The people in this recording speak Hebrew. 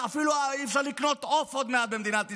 עוד מעט לא יהיה אפשר אפילו לקנות עוף במדינת ישראל.